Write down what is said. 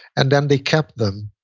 and then they kept them